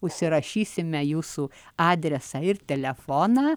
užsirašysime jūsų adresą ir telefoną